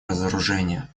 разоружения